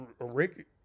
Rick